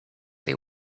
they